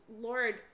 Lord